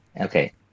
Okay